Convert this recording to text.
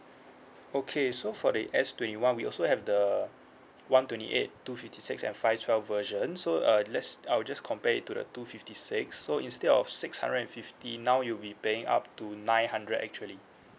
okay so for the S twenty one we also have the one twenty eight two fifty six and five twelve version so uh let's I will just compare it to the two fifty six so instead of six hundred and fifty now you will be paying up to nine hundred actually